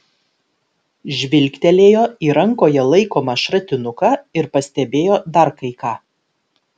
žvilgtelėjo į rankoje laikomą šratinuką ir pastebėjo dar kai ką